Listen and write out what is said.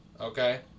Okay